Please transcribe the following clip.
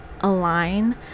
align